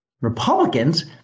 Republicans